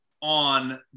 on